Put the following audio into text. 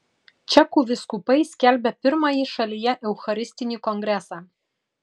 čekų vyskupai skelbia pirmąjį šalyje eucharistinį kongresą